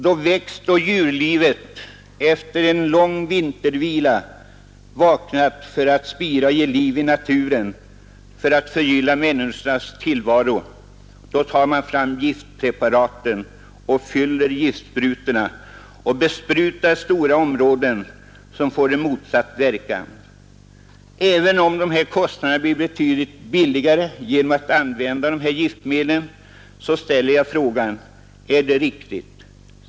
Då växtoch djurlivet efter en lång vintervila vaknat för att spira och ge liv i naturen för att förgylla människornas tillvaro, då tar man fram giftpreparaten, fyller giftsprutorna och besprutar stora områden, vilket ger en motsatt verkan. Även om kostnaderna blir betydligt lägre genom att man använder dessa giftmedel, så ställer jag frågan: Är det riktigt?